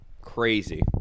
crazy